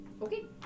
Okay